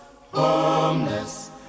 homeless